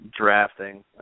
drafting